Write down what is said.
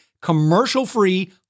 commercial-free